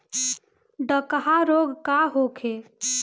डकहा रोग का होखे?